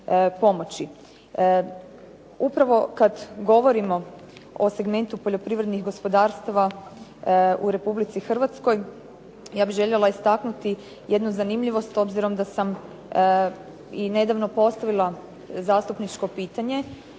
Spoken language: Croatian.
Upravo kada govorimo o segmentu poljoprivrednih gospodarstava u Republici Hrvatskoj, ja bih željela istaknuti jednu zanimljivost, obzirom da sam i nedavno postavila zastupničko pitanje,